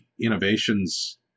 innovations